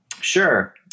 Sure